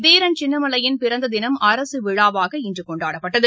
தீரன் சின்னமலையின் பிறந்ததினம் அரசு விழாவாக இன்று கொண்டாடப்பட்டது